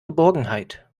geborgenheit